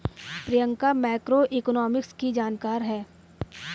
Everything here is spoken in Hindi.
प्रियंका मैक्रोइकॉनॉमिक्स की जानकार है